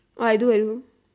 oh I do I do